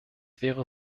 wäre